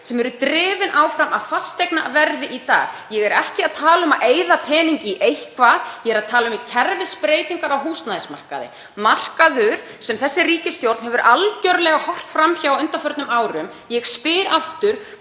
sem eru drifnar áfram af fasteignaverði í dag. Ég er ekki að tala um að eyða pening í eitthvað. Ég er að tala um kerfisbreytingar á húsnæðismarkaði, markaði sem þessi ríkisstjórn hefur algerlega horft fram hjá á undanförnum árum. Ég spyr aftur: